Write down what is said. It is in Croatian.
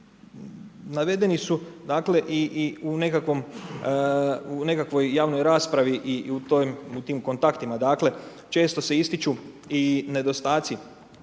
Navedeni su dakle, u nekakvoj javnoj raspravi i u tim kontaktima, dakle, često se ističu i nedostaci